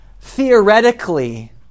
theoretically